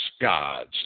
gods